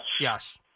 Yes